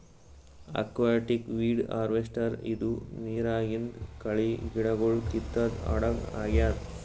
aquatic weed harvester ಇದು ನಿರಾಗಿಂದ್ ಕಳಿ ಗಿಡಗೊಳ್ ಕಿತ್ತದ್ ಹಡಗ್ ಆಗ್ಯಾದ್